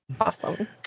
Awesome